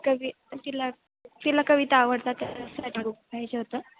कवि तिला तिला कविता आवडतात तर हजार रुप पाहिजे होतं